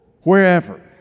wherever